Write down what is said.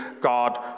God